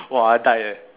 !wah! I die eh